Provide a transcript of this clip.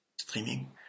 streaming